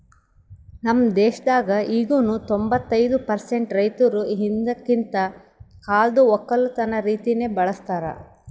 ನಮ್ ದೇಶದಾಗ್ ಈಗನು ತೊಂಬತ್ತೈದು ಪರ್ಸೆಂಟ್ ರೈತುರ್ ಹಿಂದಕಿಂದ್ ಕಾಲ್ದು ಒಕ್ಕಲತನ ರೀತಿನೆ ಬಳ್ಸತಾರ್